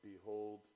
Behold